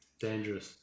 dangerous